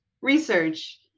research